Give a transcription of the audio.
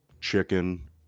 chicken